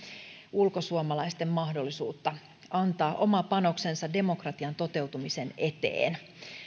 ulkosuomalaisten mahdollisuutta antaa oma panoksensa demokratian toteutumisen eteen